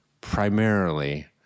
primarily